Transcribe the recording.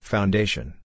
Foundation